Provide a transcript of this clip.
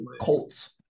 Colts